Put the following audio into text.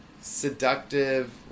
seductive